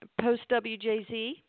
post-WJZ